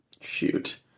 shoot